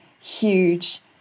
huge